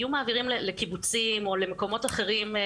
היו מעבירים לקיבוצים או למקומות אחרים שהם